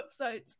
websites